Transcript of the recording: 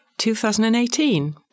2018